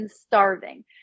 starving